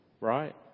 Right